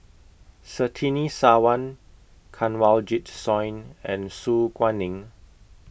Surtini Sarwan Kanwaljit Soin and Su Guaning